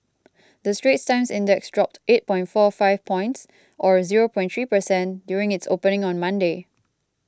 the Straits Times Index dropped eight point four five points or zero point three per cent during its opening on Monday